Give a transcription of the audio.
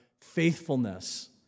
faithfulness